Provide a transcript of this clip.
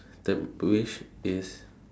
the wish is